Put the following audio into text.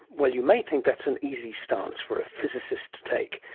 well, you may think that's an easy stance for a physicist to take,